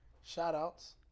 shout-outs